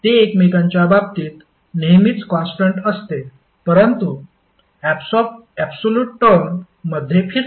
ते एकमेकांच्या बाबतीत नेहमीच कॉन्स्टन्ट असते परंतु ऍबसोल्यूट टर्म मध्ये फिरते